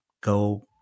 go